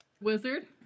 Wizard